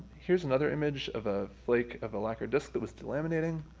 here's another image of a flake of a lacquer disc that was delaminating.